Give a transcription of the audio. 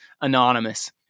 anonymous